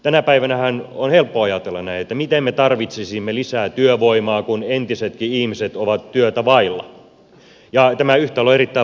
tänä päivänähän on helppo ajatella näin että miten me tarvitsisimme lisää työvoimaa kun entisetkin ihmiset ovat työtä vailla ja tämä yhtälö on erittäin vaikea